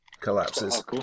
collapses